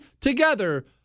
together